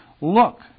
Look